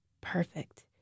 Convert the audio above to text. Perfect